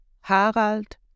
Harald